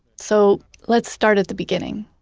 so let's start at the beginning